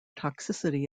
toxicity